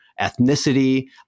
ethnicity